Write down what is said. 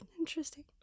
interesting